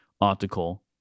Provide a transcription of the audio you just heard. article